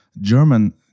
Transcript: German